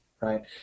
right